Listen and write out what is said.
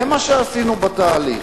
זה מה שעשינו בתהליך.